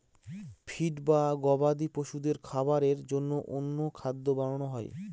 feed বা গবাদি পশুদের খাবারের জন্য অন্য খাদ্য বানানো হয়